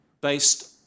based